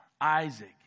Isaac